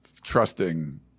trusting